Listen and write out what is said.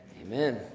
Amen